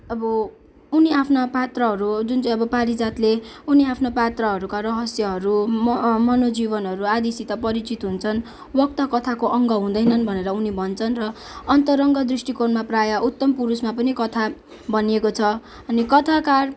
अबो उनी आफ्ना पात्रहरू जुन चाहिँ अब पारिजातले उनी आफ्नो पात्रहरूको रहस्यहरू म मनोजिवनहरू आदीसित परिचित हुन्छन् वक्ता कथाको अङ्ग हुँदैन भनेर उनी भन्छन् र अन्तरङ्ग दृष्टिकोणमा प्राय उत्तम पुरुषमा पनि कथा बनिएको छ अनि कथाकार